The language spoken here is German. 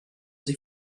sie